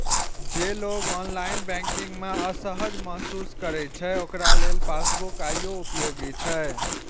जे लोग online banking मे असहज महसूस करै छै, ओकरा लेल पासबुक आइयो उपयोगी छै